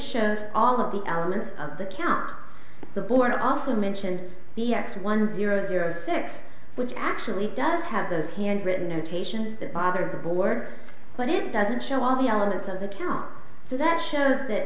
shows all of the hours that count the board also mentions the x one zero zero six which actually does have the handwritten notation that bothered the board but it doesn't show all the elements of account so that shows that